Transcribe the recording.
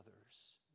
others